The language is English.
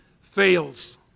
fails